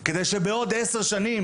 כדי שבעוד עשר שנים